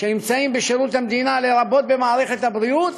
שנמצאים בשירות המדינה, לרבות במערכת הבריאות,